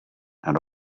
and